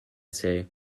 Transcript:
seille